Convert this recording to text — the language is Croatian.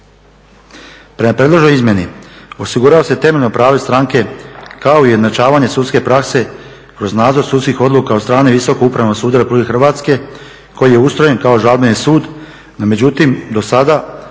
Prema predloženoj izmjeni osigurava se temeljno pravo stranke, kao i ujednačavanje sudske prakse kroz nadzor sudskih odluka od strane Visokog upravnog suda Republike Hrvatske koji je ustrojen kao žalbeni sud, no međutim do sada